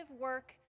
work